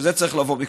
וזה צריך לבוא מכולנו.